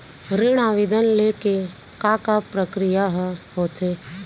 ऋण आवेदन ले के का का प्रक्रिया ह होथे?